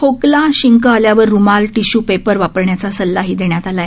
खोकला शिंक आल्यावर रुमाल टिशू पेपर वापरण्याचा सल्लाही देण्यात आला आहे